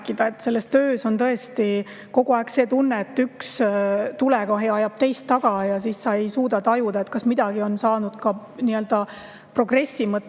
Selles töös on tõesti kogu aeg tunne, et üks tulekahju ajab teist taga, ja siis sa ei suuda tajuda, kas midagi on saanud ka nii-öelda progressi mõttes